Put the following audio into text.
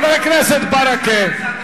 משנה לראש הממשלה, מה זה?